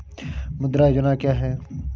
मुद्रा योजना क्या है?